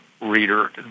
reader